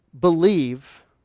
believe